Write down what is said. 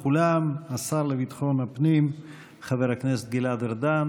ישיב לכולם השר לביטחון הפנים חבר הכנסת גלעד ארדן.